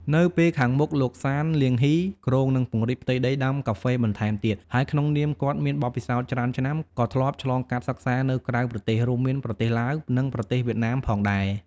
នៅពេលខាងមុខលោក ស៊ាន លាងហុី គ្រោងនឹងពង្រីកផ្ទៃដីដាំកាហ្វេបន្ថែមទៀត ហើយក្នុងនាមគាត់មានបទពិសោធច្រើនឆ្នាំ ក៏ធ្លាប់ឆ្លងកាត់សិក្សានៅក្រៅប្រទេស រួមមានប្រទេសឡាវ និងប្រទេសវៀតណាមផងដែរ។